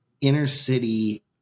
inner-city